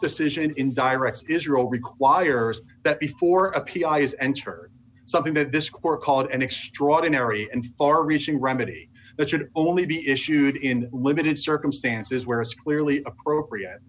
decision in direct israel requires that before a p i's enter something that this court called an extraordinary and far reaching remedy it should only be issued in limited circumstances where it's clearly appropriate